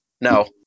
no